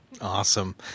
Awesome